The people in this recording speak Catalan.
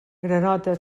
granota